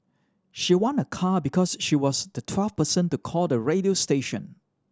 she won a car because she was the twelfth person to call the radio station